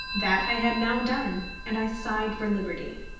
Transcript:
that i had now done, and i sighed for liberty.